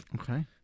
Okay